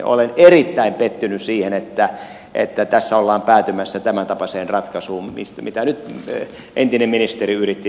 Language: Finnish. olen erittäin pettynyt siihen että tässä ollaan päätymässä tämäntapaiseen ratkaisuun mitä nyt entinen este ylitti